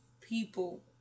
people